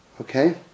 Okay